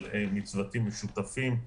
מצוותים משותפים.